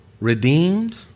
redeemed